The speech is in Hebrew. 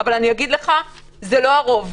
אבל זה לא הרוב.